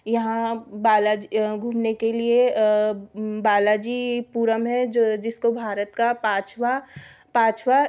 यहाँ बालाजी घूमने के लिए बालाजीपुरम है जो जिसको भारत का पाँचवा पाँचवा